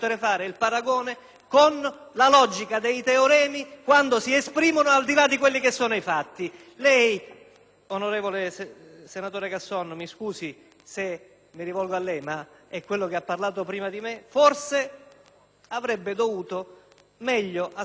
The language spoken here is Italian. con la logica dei teoremi quando si esprimono al di là di quelli che sono i fatti. Lei, onorevole senatore Casson (mi scusi se mi rivolgo a lei, ma ha parlato prima di me), forse avrebbe dovuto meglio ascoltare